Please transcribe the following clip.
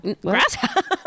Grasshopper